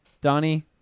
Donnie